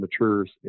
matures